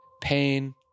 Pain